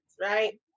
right